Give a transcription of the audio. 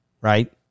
Right